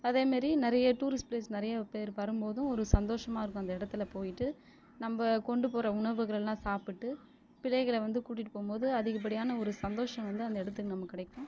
அதேமாதிரி நிறைய tourist place நிறைய பேர் வரும் போதும் ஒரு சந்தோஷமாக இருக்கும் அந்த இடத்துல போயிட்டு நம்ம கொண்டு போகிற உணவுகளெல்லாம் சாப்பிட்டு பிள்ளைகளை வந்து கூட்டிகிட்டு போகும் போது அதிகப்படியான ஒரு சந்தோஷம் வந்து அந்த இடத்துக்கு நமக்கு கிடைக்கும்